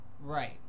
Right